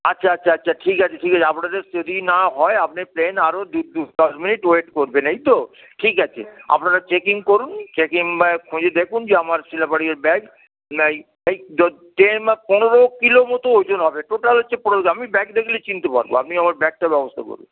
আচ্ছা আচ্ছা আচ্ছা ঠিক আছে ঠিক আছে আপনাদের যদি না হয় আপনি প্লেন আরও দু দশ মিনিট ওয়েট করবেন এই তো ঠিক আছে আপনারা চেকিং করুন চেকিং খুঁজে দেখুন যে আমার শিলা পাড়ুইয়ের ব্যাগ এই টেন বা পনেরো কিলো মতো ওজন হবে টোটাল হচ্ছে পনেরো আমি ব্যাগ দেখলে চিনতে পারব আপনি আমার ব্যাগটার ব্যবস্থা করুন